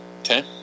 Okay